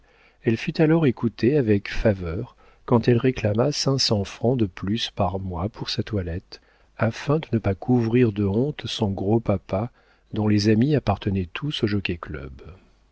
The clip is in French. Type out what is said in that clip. elle fut alors écoutée avec faveur quand elle réclama cinq cents francs de plus par mois pour sa toilette afin de ne pas couvrir de honte son gros papa dont les amis appartenaient tous au jockey-club